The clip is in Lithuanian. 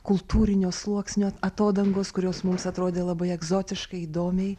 kultūrinio sluoksnio atodangos kurios mums atrodė labai egzotiškai įdomiai